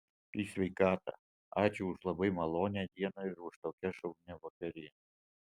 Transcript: į sveikatą ačiū už labai malonią dieną ir už tokią šaunią vakarienę